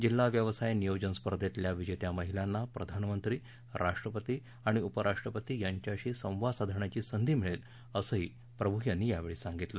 जिल्हा व्यवसाय नियोजन स्पर्धेतल्या विजेत्या महिलांना प्रधानमंत्री राष्ट्रपती आणि उपराष्ट्रपती यांच्याशी संवाद साधण्याची संधी मिळेल असं प्रभू यावेळी म्हणाले